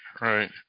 right